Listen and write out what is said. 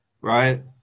Right